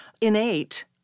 innate